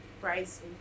price